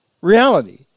Reality